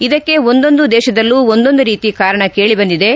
ಇದಕ್ಕೆ ಒಂದೊಂದು ದೇಶದಲ್ಲೂ ಒಂದೊಂದು ರೀತಿ ಕಾರಣ ಕೇಳಿ ಬಂದಿವೆ